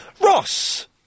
Ross